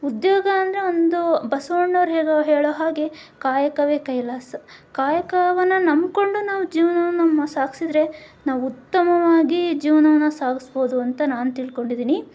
ಉದ್ಯೋಗ ಅಂದರೆ ಒಂದು ಬಸ್ವಣ್ಣವ್ರು ಹೇಗೊ ಹೇಳೊ ಹಾಗೇ ಕಾಯಕವೇ ಕೈಲಾಸ ಕಾಯಕವನ್ನು ನಂಬಿಕೊಂಡು ನಾವು ಜೀವನವನ್ನ ಮಾ ಸಾಗಿಸಿದ್ರೆ ನಾವು ಉತ್ತಮವಾಗಿ ಜೀವನವನ್ನ ಸಾಗಿಸ್ಬೋದು ಅಂತ ನಾನು ತಿಳ್ಕೊಂಡಿದ್ದೀನಿ